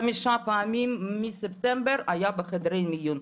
חמש פעמים מספטמבר היה בחדר מיון,